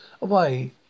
away